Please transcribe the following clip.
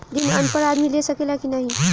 ऋण अनपढ़ आदमी ले सके ला की नाहीं?